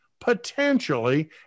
potentially